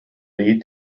lead